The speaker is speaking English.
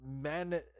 men